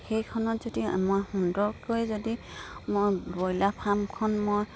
সেইখনত যদি মই সুন্দৰকৈ যদি মই ব্ৰইলাৰ ফাৰ্মখন মই